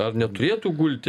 ar neturėtų gulti